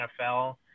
NFL